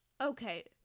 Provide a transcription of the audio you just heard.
Okay